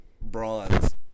bronze